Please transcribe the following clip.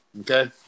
Okay